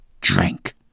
drink